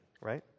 right